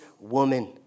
woman